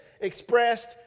expressed